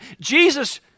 Jesus